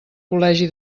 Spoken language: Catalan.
col·legi